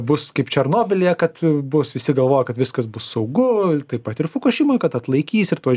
bus kaip černobylyje kad bus visi galvojo kad viskas bus saugu taip pat ir fukušimoj kad atlaikys ir tuos